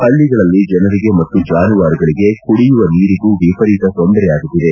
ಹಳ್ಳಿಗಳಲ್ಲಿ ಜನರಿಗೆ ಮತ್ತು ಜಾನುವಾರುಗಳಿಗೆ ಕುಡಿಯುವ ನೀರಿಗೂ ವಿಪರೀತ ತೊಂದರೆಯಾಗುತ್ತಿದೆ